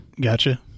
Gotcha